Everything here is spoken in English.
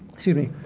scuse me,